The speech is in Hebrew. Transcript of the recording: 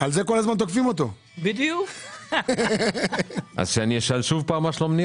אתה יכול לראות בתוכנית מספר 2. זה יהיה בפנייה הבאה?